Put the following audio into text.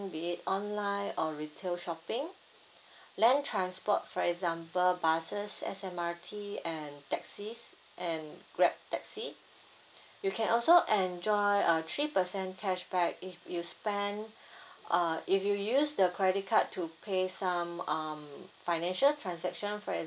be it online or retail shopping land transport for example buses S_M_R_T and taxis and grab taxi you can also enjoy a three percent cashback if you spend uh if you use the credit card to pay some um financial transaction for